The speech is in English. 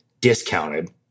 discounted